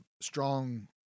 strong